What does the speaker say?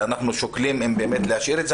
ואנחנו שוקלים אם להשאיר את זה,